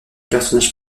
personnage